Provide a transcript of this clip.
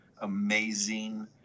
amazing